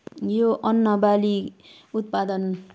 यो अन्नबाली उत्पादन